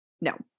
no